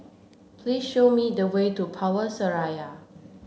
please show me the way to Power Seraya